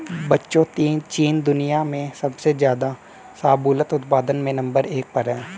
बच्चों चीन दुनिया में सबसे ज्यादा शाहबूलत उत्पादन में नंबर एक पर है